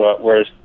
Whereas